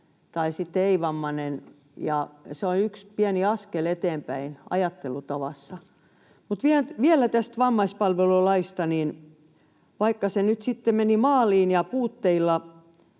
tai ei-vammainen. Se on yksi pieni askel eteenpäin ajattelutavassa. Mutta vielä tästä vammaispalvelulaista: vaikka se nyt sitten meni maaliin ja puutteilla